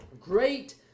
Great